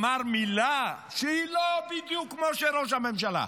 אמר מילה לא בדיוק כמו ראש הממשלה,